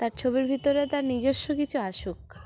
তার ছবির ভিতরে তার নিজস্ব কিছু আসুক